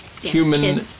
human